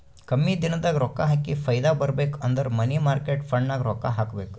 ಕಮ್ಮಿ ದಿನದಾಗ ರೊಕ್ಕಾ ಹಾಕಿ ಫೈದಾ ಬರ್ಬೇಕು ಅಂದುರ್ ಮನಿ ಮಾರ್ಕೇಟ್ ಫಂಡ್ನಾಗ್ ರೊಕ್ಕಾ ಹಾಕಬೇಕ್